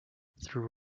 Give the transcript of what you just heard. through